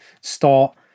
start